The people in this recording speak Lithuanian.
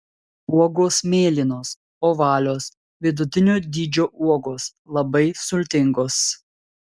uogos mėlynos ovalios vidutinio dydžio uogos labai sultingos